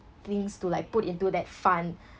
things to like put into that fund